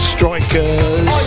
Strikers